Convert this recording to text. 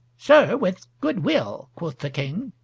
sir, with good will, quoth the king.